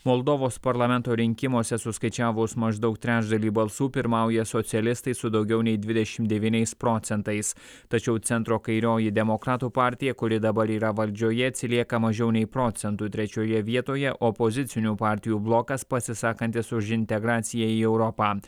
moldovos parlamento rinkimuose suskaičiavus maždaug trečdalį balsų pirmauja socialistai su daugiau nei dvidešimt devyniais procentais tačiau centro kairioji demokratų partija kuri dabar yra valdžioje atsilieka mažiau nei procentu trečioje vietoje opozicinių partijų blokas pasisakantis už integraciją į europą